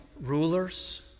rulers